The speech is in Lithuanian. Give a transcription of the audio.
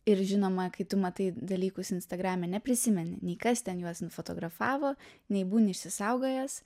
ir žinoma kai tu matai dalykus instagrame neprisimeni nei kas ten juos nufotografavo nei būni išsisaugojęs